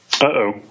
Uh-oh